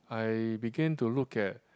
I begin to look at